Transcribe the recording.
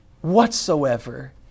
whatsoever